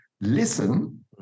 listen